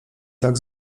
tak